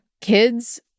kids